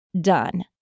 done